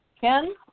Ken